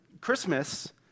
Christmas